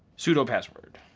sudo password.